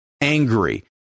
angry